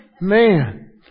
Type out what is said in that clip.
Man